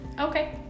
Okay